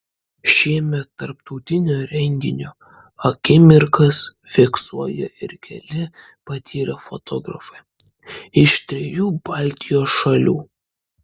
šiemet tarptautinio renginio akimirkas fiksuoja ir keli patyrę fotografai iš trijų baltijos šalių